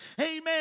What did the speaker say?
amen